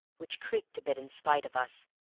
which creaked a bit in spite of us,